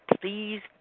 please